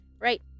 Right